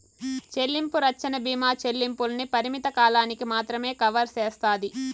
చెల్లింపు రచ్చన బీమా చెల్లింపుల్ని పరిమిత కాలానికి మాత్రమే కవర్ సేస్తాది